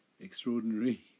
extraordinary